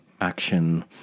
action